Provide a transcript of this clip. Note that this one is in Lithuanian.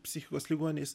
psichikos ligoniais